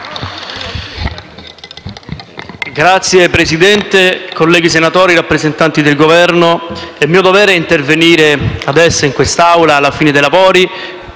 Signor Presidente, colleghi senatori, rappresentanti del Governo, è mio dovere intervenire adesso, in questa Assemblea, alla fine dei lavori,